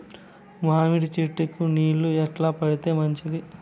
మామిడి చెట్లకు నీళ్లు ఎట్లా పెడితే మంచిది?